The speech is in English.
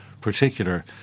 particular